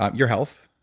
ah your health,